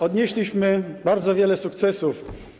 Odnieśliśmy bardzo wiele sukcesów.